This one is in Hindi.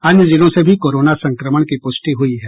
अन्य जिलों से भी कोरोना संक्रमण की पुष्टि हुई है